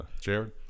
Jared